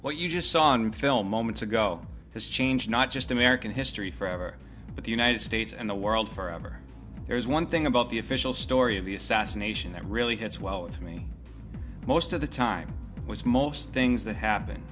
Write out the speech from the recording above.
what you just saw on film moments ago has changed not just american history forever but the united states and the world forever there's one thing about the official story of the assassination that really hits well with me most of the time was most things that happen